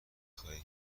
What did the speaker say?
خواهی